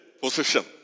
position